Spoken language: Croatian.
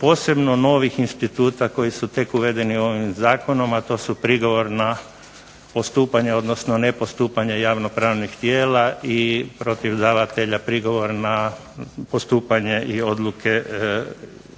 posebno novih instituta koji su tek uvedeni ovim Zakonom, a to su prigovor na postupanje, odnosno nepostupanje javno pravnih tijela i protiv davatelja prigovora na postupanje i odluke odnosno